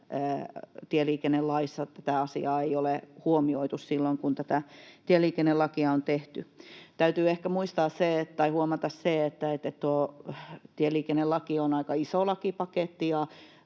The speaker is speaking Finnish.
tieliikennelaissa tätä asiaa ei ole huomioitu silloin, kun tätä tieliikennelakia on tehty. Täytyy huomata se, että tieliikennelaki on aika iso lakipaketti